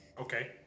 Okay